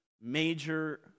major